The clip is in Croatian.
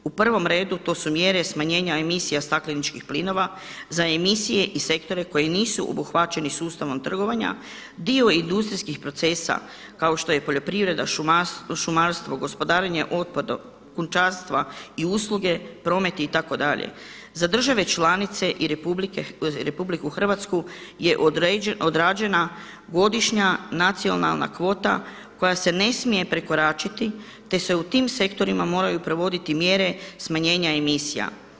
U prvom redu, to su mjere smanjenja emisija stakleničkih plinova, za emisije i sektore koje nisu obuhvaćeni sustavom trgovanja, dio industrijskih procesa kao što je poljoprivreda, šumarstvo, gospodarenje otpadom, kućanstva i usluge, promet itd. za države članice i RH je odrađena godišnja nacionalna kvota koja se ne smije prekoračiti te se u tim sektorima moraju provoditi mjere smanjenja emisija.